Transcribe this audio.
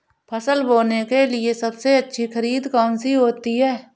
फसल बोने के लिए सबसे अच्छी खाद कौन सी होती है?